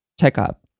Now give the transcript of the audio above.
checkup